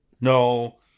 no